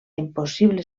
impossible